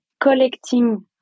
collecting